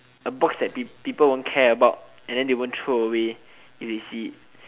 a box that peo~ people won't care about and then they won't throw away if they see it